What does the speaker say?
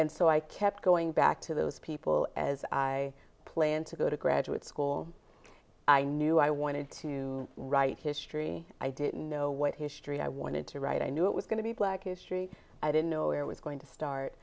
and so i kept going back to those people as i plan to go to graduate school i knew i wanted to write history i didn't know what history i wanted to write i knew it was going to be black history i didn't know it was going to start